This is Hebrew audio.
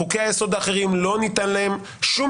לחוקי היסוד האחרים לא ניתנה להם שום